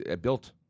built